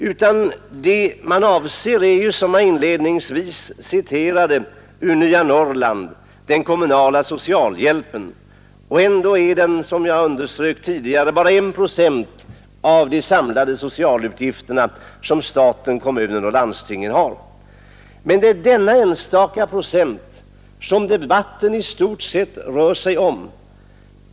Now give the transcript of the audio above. Vad man avser är, som jag inledningsvis citerade ur Nya Norrland, den kommunala socialhjälpen. Ändå är den, som jag underströk tidigare, bara 1 procent av de samlade socialutgifterna som staten, kommunerna och landstingen har, men det är denna enstaka procent som debatten i stort sett rör sig om.